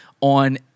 on